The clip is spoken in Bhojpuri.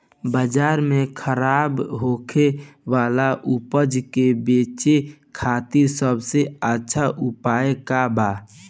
बाजार में खराब होखे वाला उपज के बेचे खातिर सबसे अच्छा उपाय का बा?